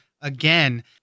again